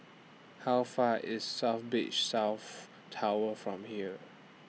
How Far IS South Beach South Tower from here